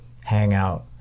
hangout